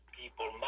people